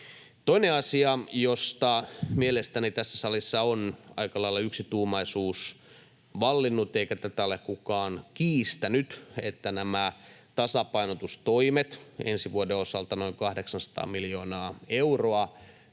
Toinen asia, josta mielestäni tässä salissa on aika lailla yksituumaisuus vallinnut, eikä tätä ole kukaan kiistänyt, on se, että nämä tasapainotustoimet ensi vuoden osalta, noin 800 miljoonaa euroa,